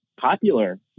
popular